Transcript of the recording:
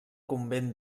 convent